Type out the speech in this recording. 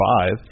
five